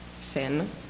sin